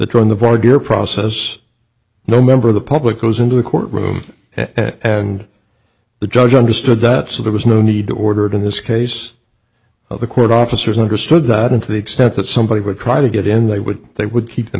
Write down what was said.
turn the border process no member of the public goes into the courtroom and the judge understood that so there was no need to order it in this case of the court officers understood that and to the extent that somebody would try to get in they would they would keep them